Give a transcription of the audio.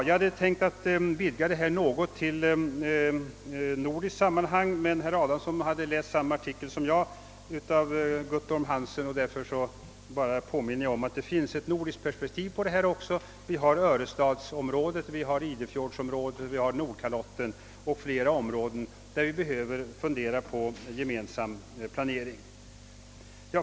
Jag hade tänkt vidga mina funderingar till att omfatta ett nordiskt sammanhang, men herr Adamsson har läst samma artikel som jag av Guttorm Hansen. Därför vill jag bara påminna om att det finns ett nordiskt perspektiv på detta. Vi har Örestadsområdet, Idefjordsområdet, Nordkalotten m.fl. områden som behöver tas med i en gemensam planering.